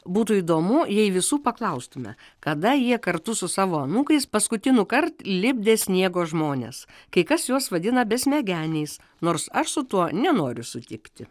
būtų įdomu jei visų paklaustume kada jie kartu su savo anūkais paskutinįkart lipdė sniego žmones kai kas juos vadina besmegeniais nors aš su tuo nenoriu sutikti